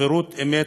חירות אמת,